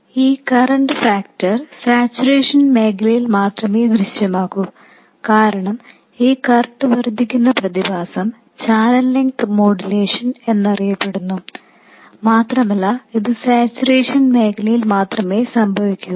ഈ correction factor saturation മേഖലയിൽ മാത്രമേ ദൃശ്യമാകൂ കാരണം ഈ കറൻറ് വർദ്ധിക്കുന്ന പ്രതിഭാസം ചാനൽ ലെങ്ത് മോഡുലേഷൻ എന്നറിയപ്പെടുന്നു മാത്രമല്ല ഇത് സാച്ചുറേഷൻ മേഖലയിൽ മാത്രമേ സംഭവിക്കൂ